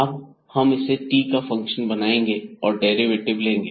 अब हम इससे t का फंक्शन बनाएंगे और डेरिवेटिव लेंगे